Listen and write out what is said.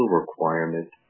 requirement